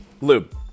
lube